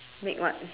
make what